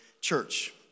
church